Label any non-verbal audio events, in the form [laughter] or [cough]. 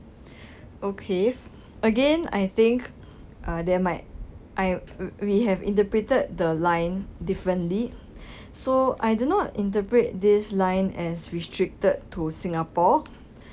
okay again I think uh there might I we have interpreted the line differently [breath] so I do not interpret this line as restricted to singapore